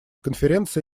конференция